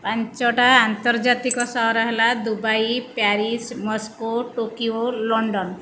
ପାଞ୍ଚଟା ଅନ୍ତର୍ଜାତିକ ସହର ହେଲା Dubai Paris Moscow Tokyo London